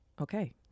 Okay